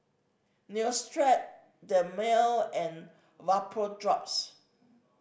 Neostrata Dermale and Vapodrops